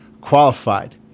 qualified